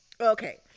Okay